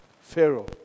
Pharaoh